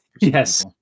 Yes